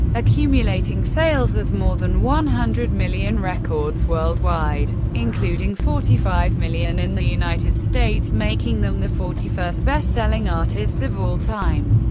accumulating sales of more than one hundred million records worldwide, including forty five million in the united states, making them the forty first best-selling artist of all time.